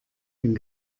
den